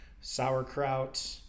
sauerkraut